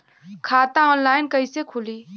खाता ऑनलाइन कइसे खुली?